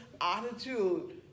attitude